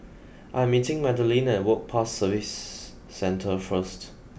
I'm meeting Madilynn at Work Pass Services Centre first